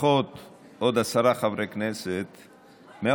לפחות עוד עשרה חברי כנסת מהאופוזיציה,